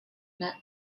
net